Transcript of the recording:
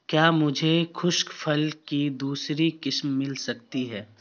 کیا مجھے خشک پھل کی دوسری قسم مل سکتی ہے